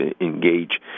engage